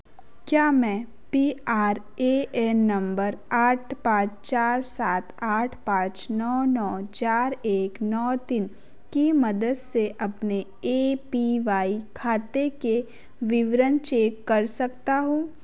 क्या मैं P R A N number आठ पाँच चार सात आठ पाँच नौ नौ चार एक नौ तीन की मदद से अपने ए पी वाई खाते के विवरण चेक कर सकता हूँ